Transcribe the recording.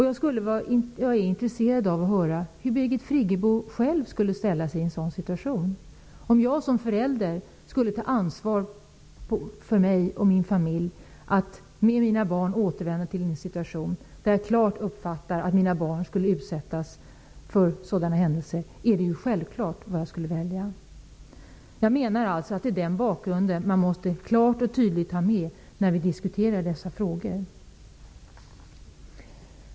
Jag är intresserad av att höra hur Birgit Friggebo själv skulle ställa sig i en sådan situation. Om jag som förälder med ansvar för mig och min familj skulle tvingas att tillsammans med mina barn återvända till en situation där jag klart uppfattar att barnen skulle utsättas för sådana händelser, är det självklart vad jag skulle välja. Den bakgrunden måste vi klart och tydligt ha med när vi diskuterar dessa frågor.